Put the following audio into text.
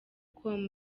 com